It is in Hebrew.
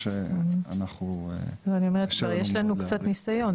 אני אומרת: כבר יש לנו קצת ניסיון,